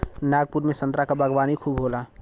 नागपुर में संतरा क बागवानी खूब होला